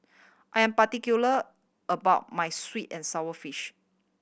I'm particular about my sweet and sour fish